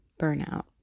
Burnout